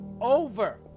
over